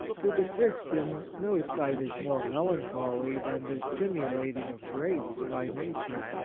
to the christian, no sight is more melancholy than this simulating of grace by nature.